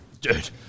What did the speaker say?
dude